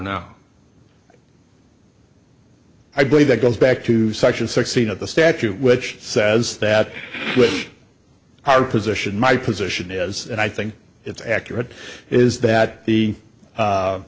now i believe that goes back to section sixteen of the statute which says that wish hard position my position is and i think it's accurate is that the